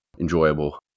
enjoyable